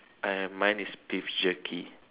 I have mine is beef jerky